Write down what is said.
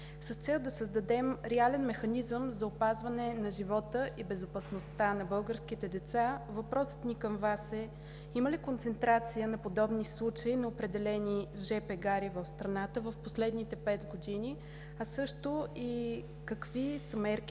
С цел да създадем реален механизъм за опазване на живота и безопасността на българските деца въпросът ни към Вас е: има ли концентрация на подобни случаи на определени жп гари в страната в последните пет години? Какви са мерките